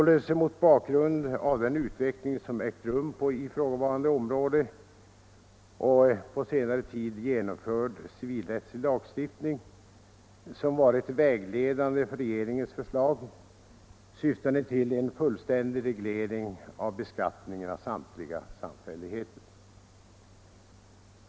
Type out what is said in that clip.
Det är således den utveckling som ägt rum på ifrågavarande område och på senare tid genomförd civilrättslig lagstiftning som varit vägledande för regeringens förslag, syftande till en fullständig reglering av beskattningen av samtliga samfälligheter.